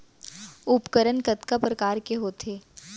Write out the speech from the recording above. उपकरण कतका प्रकार के होथे?